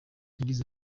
yagize